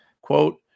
Quote